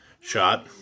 shot